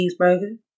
cheeseburger